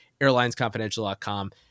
airlinesconfidential.com